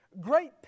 great